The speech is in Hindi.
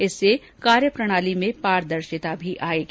इससे कार्य प्रणाली में पारदर्शिता भी आएगी